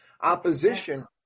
opposition